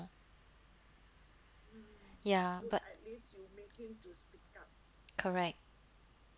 ya but correct